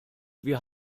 wir